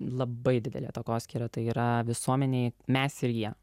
labai didelė takoskyra tai yra visuomenėje mes ir jie